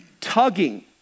tugging